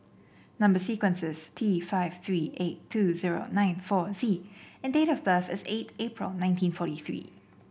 number sequence is T five three eight two zero nine four Z and date of birth is eight April nineteen forty three